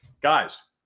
guys